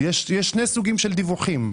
יש שני סוגים של דיווחים.